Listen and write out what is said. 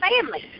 family